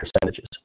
percentages